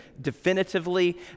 definitively